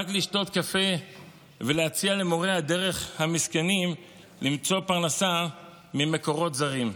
רק לשתות קפה ולהציע למורי הדרך המסכנים למצוא פרנסה ממקורות זרים.